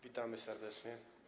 Witamy serdecznie.